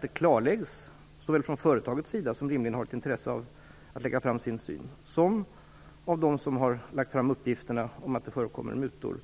Det är viktigt att frågan blir föremål för ett klarläggande såväl för företaget, som rimligen har ett intresse av att lägga fram sin syn på saken, som för dem som har lagt fram uppgifterna att det förekommer mutor.